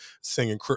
singing